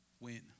win